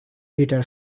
guitar